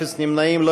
אפס נמנעים.